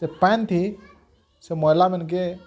ସେ ପାଏନ୍ଥି ସେ ମଇଳା ମାନ୍କେ